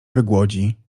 wygłodzi